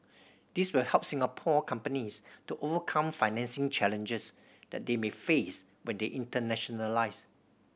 these will help Singapore companies to overcome financing challenges that they may face when they internationalise